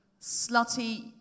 slutty